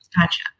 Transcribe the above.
Gotcha